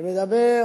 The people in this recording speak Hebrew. שמדבר